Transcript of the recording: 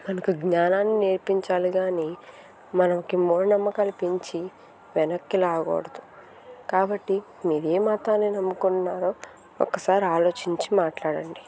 మనకు జ్ఞానాన్ని నేర్పించాలి కానీ మనకి మూఢనమ్మకాలు పెంచి వెనక్కి లాగూడదు కాబట్టి మీరు ఏ మతాన్ని నమ్ముకున్నారో ఒకసారి ఆలోచించి మాట్లాడండి